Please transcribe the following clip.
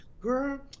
girl